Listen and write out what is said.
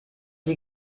die